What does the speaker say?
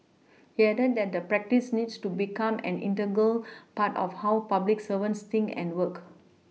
he added that the practice needs to become an integral part of how public servants think and work